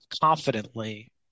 confidently